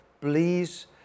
Please